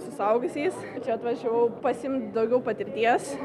su suaugusiais čia atvažiavau pasiimt daugiau patirties